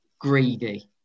Greedy